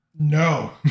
No